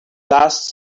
last